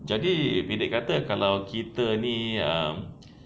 jadi pendek kata kalau kita ni um